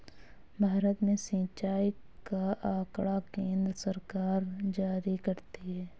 भारत में सिंचाई का आँकड़ा केन्द्र सरकार जारी करती है